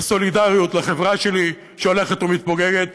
לסולידריות, לחברה שלי, שהולכת ומתפוגגת?